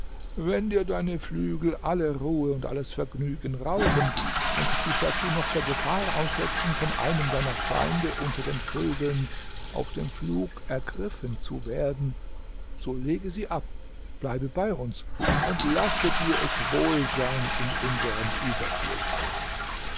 wenn dir deine flügel alle ruhe und alles vergnügen rauben und dich dazu noch der gefahr aussetzen von einem deiner feinde unter den vögeln auf dem flug ergriffen zu werden so lege sie ab bleibe bei uns und lasse dir es wohl sein in unserem überfluß